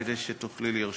כדי שתוכלי לרשום.